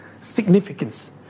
significance